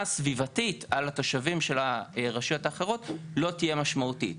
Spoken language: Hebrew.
הסביבתית על התושבים של הרשויות האחרות לא תהיה משמעותית.